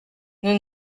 nous